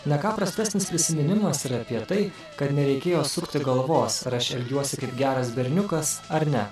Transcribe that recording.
ne ką prastesnis prisiminimas ir apie tai kad nereikėjo sukti galvos ar aš elgiuosi kaip geras berniukas ar ne